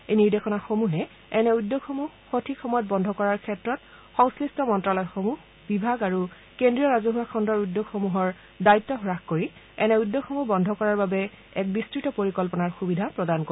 এই নিৰ্দেশনাসমূহে এনে উদ্যোগসমূহ সঠিক সময়ত বন্ধ কৰাৰ ক্ষেত্ৰত সংশ্লিষ্ট মন্ত্ৰালয়সমূহ বিভাগ আৰু কেন্দ্ৰীয় ৰাজহুৱা খণ্ডৰ উদ্যোগসমূহৰ দায়িত্ব হ্ৰাস কৰি এনে উদ্যোগসমূহ বন্ধ কৰাৰ বাবে এক বিস্তৃত পৰিকল্পনাৰ সুবিধা প্ৰদান কৰিব